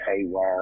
Haywire